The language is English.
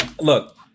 Look